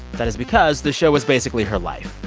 that is because the show was basically her life,